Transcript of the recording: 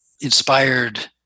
inspired